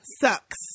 sucks